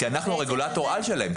כי אנחנו רגולטור על שלהם,